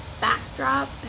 backdrop